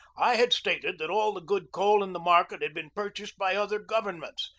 i had stated that all the good coal in the market had been pur chased by other governments,